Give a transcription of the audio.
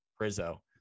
Rizzo